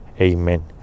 Amen